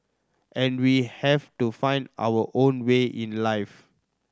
and we have to find our own way in life